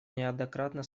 неоднократно